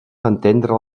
entendre